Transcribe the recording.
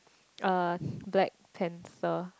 uh Black-Panther